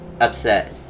upset